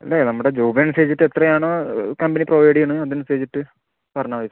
അല്ലെ നമ്മുടെ ജോബ് അനുസരിച്ചിട്ട് എത്ര ആണോ കമ്പനി പ്രൊവൈഡ് ചെയ്യുന്നത് അതു അനുസരിച്ചിട്ട് പറഞ്ഞാൽ മതി സർ